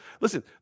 Listen